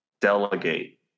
delegate